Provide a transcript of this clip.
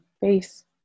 Face